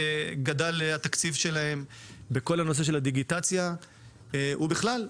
שהתקציב שלו גדל בכל הנושא של הדיגיטציה ובכלל.